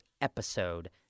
episode